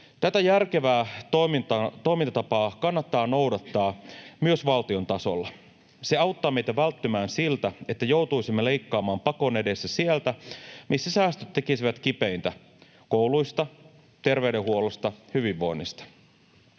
Tätä järkevää toimintatapaa kannattaa noudattaa myös valtion tasolla. Se auttaa meitä välttymään siltä, että joutuisimme leikkaamaan pakon edessä sieltä, missä säästöt tekisivät kipeintä: kouluista, terveydenhuollosta, hyvinvoinnista.